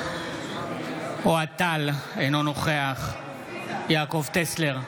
אוהד טל, אינו נוכח יעקב טסלר,